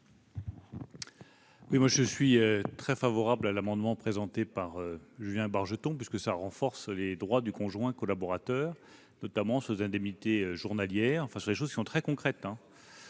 ? Je suis très favorable à l'amendement présenté par Julien Bargeton, qui vise à renforcer les droits du conjoint collaborateur, notamment sur les indemnités journalières. Le sujet est très concret.